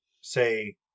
say